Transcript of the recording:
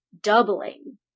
doubling